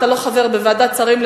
אתה לא חבר בוועדת השרים,